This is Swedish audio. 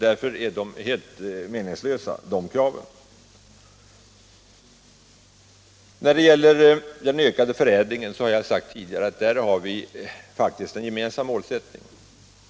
Därför är de kraven helt meningslösa. Beträffande den ökade förädlingen av stål har jag redan tidigare sagt att vi där faktiskt har en gemensam målsättning.